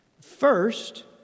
First